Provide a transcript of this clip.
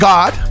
God